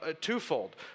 twofold